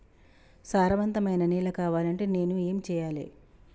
సారవంతమైన నేల కావాలంటే నేను ఏం చెయ్యాలే?